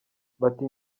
bati